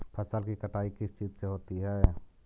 फसल की कटाई किस चीज से होती है?